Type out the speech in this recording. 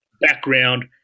background